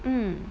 mm